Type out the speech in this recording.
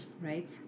right